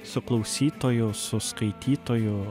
su klausitoju su skaitytoju